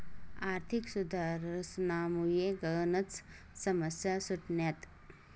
आर्थिक सुधारसनामुये गनच समस्या सुटण्यात